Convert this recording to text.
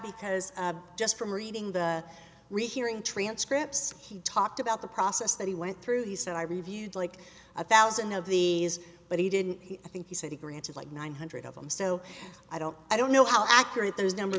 because just from reading the rehearing transcripts he talked about the process that he went through he said i reviewed like a thousand of the but he didn't i think he said he granted like nine hundred of them so i don't i don't know how accurate those numbers